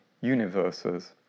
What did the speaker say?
universes